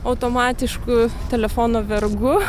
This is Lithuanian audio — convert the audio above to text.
automatišku telefono vergu